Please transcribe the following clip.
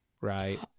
right